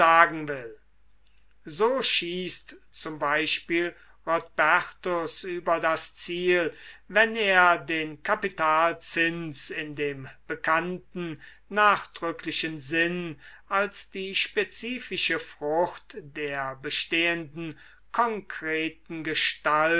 will so schießt z b rodbertus über das ziel wenn er den kapitalzins in dem bekannten nachdrücklichen sinn als die spezifische frucht der bestehenden konkreten gestalt